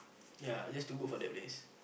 ya just to go for that place